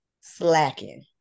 slacking